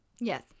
Yes